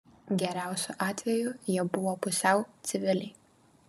geriausiu atveju jie buvo pusiau civiliai